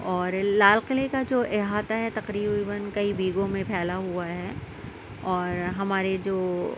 اور لال قلعے کا جو احاطہ ہے تقریباً کئی بیگھوں میں پھیلا ہُوا ہے اور ہمارے جو